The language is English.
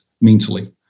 mentally